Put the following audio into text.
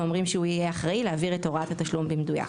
ואומרים שהוא יהיה אחראי להעביר את הוראת התשלום במדויק.